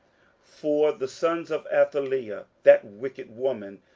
for the sons of athaliah, that wicked woman,